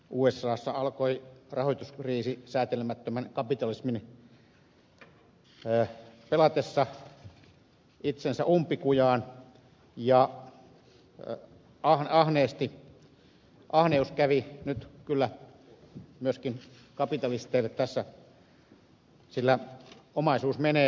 usassa alkoi rahoituskriisi säätelemättömän kapitalismin pelatessa itsensä umpikujaan ja ahneus kävi nyt kyllä myöskin kapitalisteille kalliiksi tässä sillä omaisuus menee uusjakoon